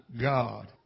God